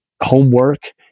homework